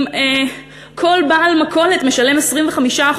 כל בעל מכולת משלם 25%,